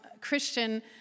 Christian